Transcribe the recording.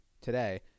today